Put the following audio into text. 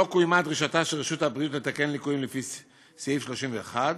לא קוימה דרישתה של הרשות המקומית לתקן ליקויים לפי סעיף 31,